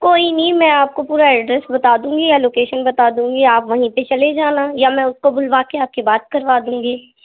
کوئی نہیں میں آپ کو پورا ایڈریس بتا دوں گی یا لوکیشن بتا دوں گی آپ وہیں پہ چلے جانا یا میں اُس کو بُلوا کے آپ کی بات کروا دوں گی